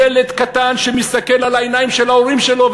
ילד קטן שמסתכל על העיניים של ההורים שלו,